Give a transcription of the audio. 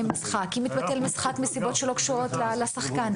אם מתבטל משחק מסיבות שלא קשורות לשחקן.